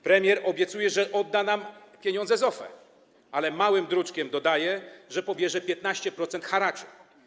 Premier obiecuje, że odda nam pieniądze z OFE, ale małym druczkiem dodaje, że pobierze 15-procentowy haracz.